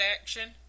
action